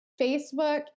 Facebook